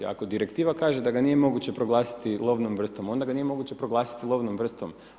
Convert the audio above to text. Ako direktiva kaže da ga nije moguće proglasiti lovnom vrstom, onda ga nije moguće proglasiti lovnom vrstom.